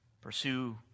pursue